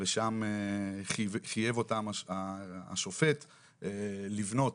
ושם חייב אותם השופט לבנות